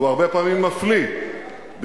והוא הרבה פעמים מפליא ביעילותו,